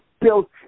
built